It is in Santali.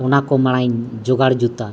ᱚᱱᱟ ᱠᱚ ᱢᱟᱲᱟᱝᱤᱧ ᱡᱚᱜᱟᱲ ᱡᱩᱛᱟ